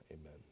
amen